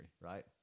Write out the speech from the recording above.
right